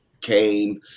came